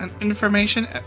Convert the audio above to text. Information